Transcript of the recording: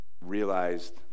realized